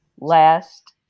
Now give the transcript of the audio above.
last